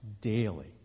daily